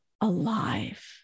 alive